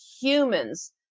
humans